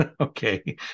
okay